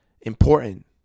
important